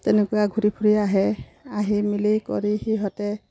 তেনেকুৱা ঘূৰি ফূৰি আহে আহি মেলি কৰি সিহঁতে